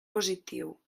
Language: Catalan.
positiu